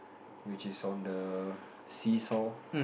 which is on the seesaw